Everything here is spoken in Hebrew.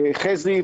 חזי,